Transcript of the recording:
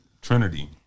Trinity